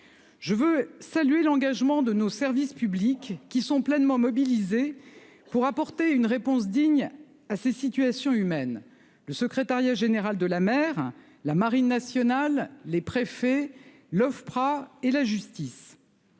Je veux saluer l'engagement de nos services publics, qui sont pleinement mobilisés pour apporter une réponse digne à ces situations humaines : le secrétariat général de la mer, la marine nationale, les préfets, l'Office